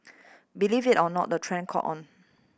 believe it or not the trend caught on